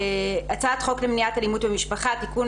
הצעת חוק למניעת אלימות במשפחה (תיקון,